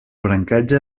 brancatge